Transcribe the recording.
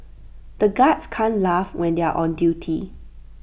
the guards can't laugh when they are on duty